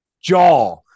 jaw